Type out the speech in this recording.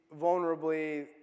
vulnerably